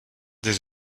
des